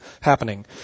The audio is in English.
happening